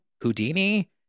Houdini